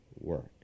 work